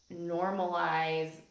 normalize